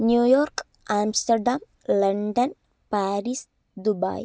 new York Amsterdam London Paris Dubai